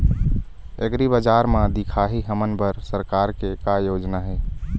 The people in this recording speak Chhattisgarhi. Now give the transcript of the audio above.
एग्रीबजार म दिखाही हमन बर सरकार के का योजना हे?